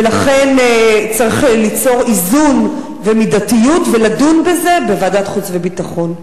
ולכן צריך ליצור איזון ומידתיות ולדון בזה בוועדת חוץ וביטחון.